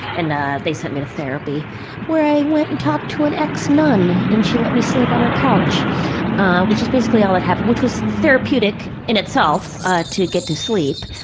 ah, they sent me to therapy where i went and talked to an ex-nun and she let me sleep on her couch which is basically all that happened which was therapeutic in itself ah to get to sleep,